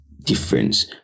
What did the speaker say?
difference